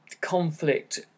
Conflict